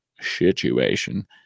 situation